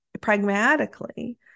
pragmatically